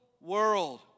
world